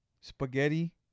Spaghetti